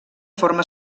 forma